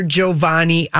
Giovanni